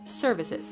services